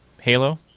Halo